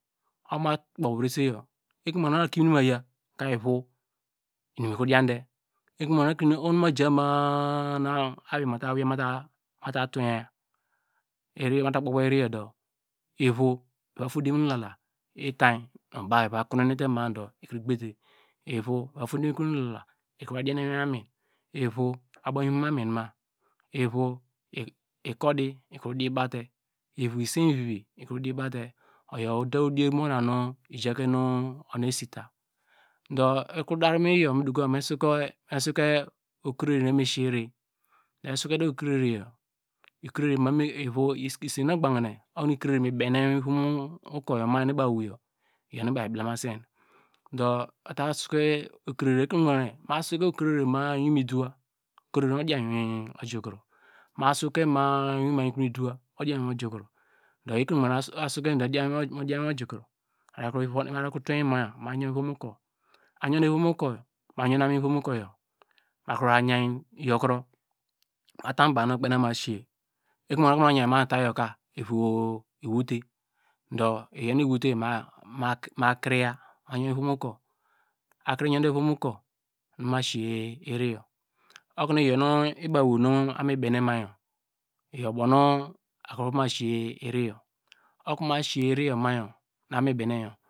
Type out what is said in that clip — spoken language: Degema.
Okoma kpo vrese yor ekrenu ogbanke ohonu akimine ma ya ka ivo inum ikro diande ekre nu ogbanke oho ma jama nu awei muta wei mata tuweya iriyor mate kpokpo iri yordo ivo vra side mu igala itany nu bow iva kono hinete ma do ikro gbete ivo iva tode mu ekon ulala ikro vadiande mu ivom amin wo ikodi ikro fibate ivo isen vivi ikro di bawte oyo odier mu ma nu ijakenu onuesita do ekro der mu iwin yor nu okrere nu evame sisi iri isn nu ogbankr okonu ikrere mi bene mu ukur yor ma nu ima wiyot iyor nu bow eblema sen ekre nu ogbanke ma soke okrere ma- a iwin midowa okrere odian my iwin ojukro ma soke ma- a iwin mi me du wa odian miwin ojukro do ekre nu ogbanke osuke do mudion mu ivom oko ma kro twin ma mayor mu ivom ukur ayode mu ivom okur made yon amin mu vom okur mada yikro mata baw nu ikpen oko masiye ekre nu ogbanke okonu ayi va mata yorka yor ma kriya ma yonde muivon ukur akri yoride movon ukur nu ma siye iri yor okono iyor nu ima wo nu mibene mayor iyo ubonu akro vama siye iroyo okonu ma siye iriyo mayor.